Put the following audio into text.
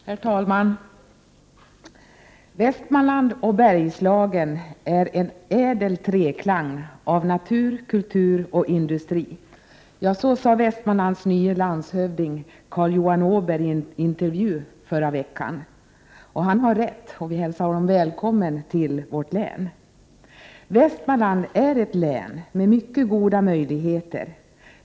Herr talman! Västmanland och Bergslagen är en ädel treklang av natur, kultur och industri, sade Västmanlands nye landshövding, Carl Johan Åberg, i en intervju förra veckan. Han har rätt, och vi hälsar honom välkommen till vårt län. Västmanland är ett län med mycket goda möjligheter.